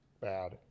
bad